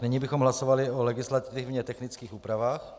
Nyní bychom hlasovali o legislativně technických úpravách.